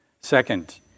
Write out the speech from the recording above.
Second